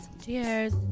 cheers